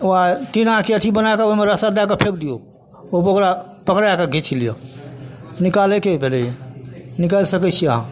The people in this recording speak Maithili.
ओकरा टिनाके अथी बनैके ओहिमे रस्सा दैके फेकि दिऔ तब ओकरा पकड़ैके खिच लिअऽ निकालैके भेलै ई निकालि सकै छिए अहाँ